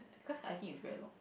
cause hiking is very long